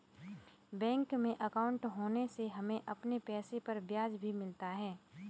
bank में अंकाउट होने से हमें अपने पैसे पर ब्याज भी मिलता है